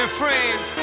Friends